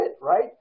right